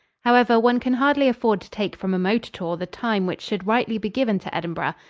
however, one can hardly afford to take from a motor tour the time which should rightly be given to edinburgh,